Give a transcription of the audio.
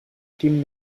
team